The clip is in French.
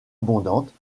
abondantes